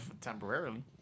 temporarily